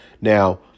Now